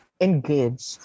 engage